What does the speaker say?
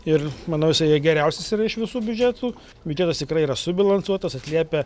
ir manau jisai geriausias yra iš visų biudžetų biudžetas tikrai yra subalansuotas atliepia